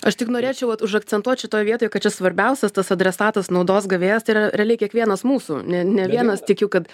aš tik norėčiau vat užakcentuot šitoj vietoj kad čia svarbiausias tas adresatas naudos gavėjas tai yra realiai kiekvienas mūsų ne ne vienas tikiu kad